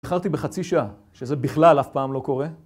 איחרתי בחצי שעה, שזה בכלל אף פעם לא קורה.